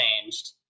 changed